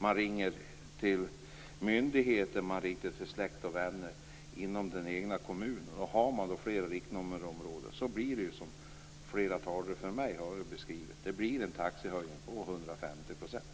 Man ringer till myndigheter och till släkt och vänner inom den egna kommunen. Finns det då flera riktnummerområden blir det som många talare före mig har beskrivit. Det blir en taxehöjning på 150 %.